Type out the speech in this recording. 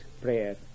prayer